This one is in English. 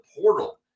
portal